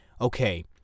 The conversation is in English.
okay